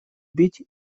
бить